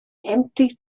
empty